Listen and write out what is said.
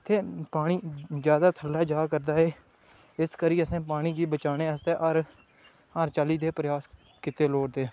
इत्थें पानी जादै थल्ले जा करदा ऐ इस आस्तै असें पानी बचाने आस्तै हर चाल्ली दे प्रयास कीते लोड़दे